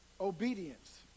obedience